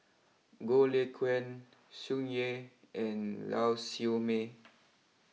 Goh Lay Kuan Tsung Yeh and Lau Siew Mei